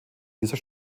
dieser